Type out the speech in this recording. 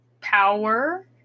power